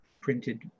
printed